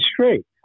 straight